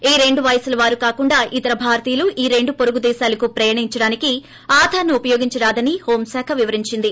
ఈ రెండు వయస్సుల వారు కాకుండా ఇతర భారతీయులు ఈ రెండు పొరుగు దేశాలకు ప్రయాణించడానికి ఆధార్ను ఉపయోగించరాదని హోం శాఖ వివరించింది